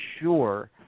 sure